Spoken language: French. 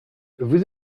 vous